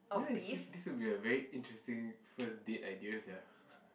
You know I think this will be a very interesting first date idea sia